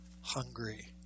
hungry